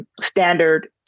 standard